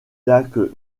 lac